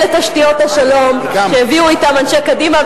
אלה תשתיות השלום שהביאו אתם אנשי קדימה,